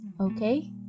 okay